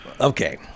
Okay